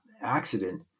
accident